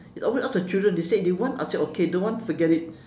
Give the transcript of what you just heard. it's always up to children they say they want I say okay don't want forget it